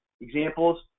examples